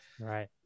right